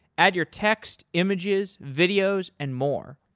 add your text, images, videos and more.